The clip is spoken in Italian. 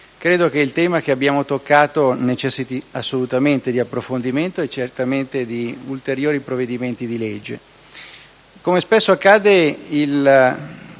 credo che il tema che abbiamo toccato necessiti assolutamente di approfondimento e certamente di ulteriori provvedimenti di legge. Come spesso accade, il